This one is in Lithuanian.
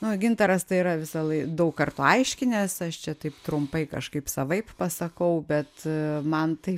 nu gintaras tai yra visą lai daug kartų aiškinęs aš čia taip trumpai kažkaip savaip pasakau bet man tai